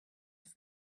have